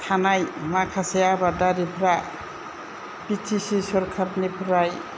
थानाय माखासे आबादारिफ्रा बिटिसि सरखारनिफ्राय